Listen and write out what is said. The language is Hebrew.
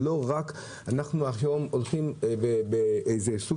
ולא רק אנחנו היום הולכים באיזה סוג